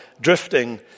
drifting